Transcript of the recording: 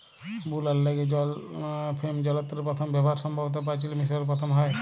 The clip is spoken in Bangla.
বুলার ল্যাইগে জল ফেম যলত্রের পথম ব্যাভার সম্ভবত পাচিল মিশরে পথম হ্যয়